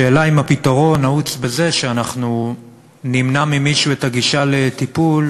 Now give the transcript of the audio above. השאלה היא אם הפתרון נעוץ בזה שאנחנו נמנע ממישהו את הגישה לטיפול,